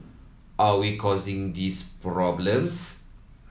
are we causing these problems